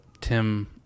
Tim